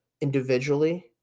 individually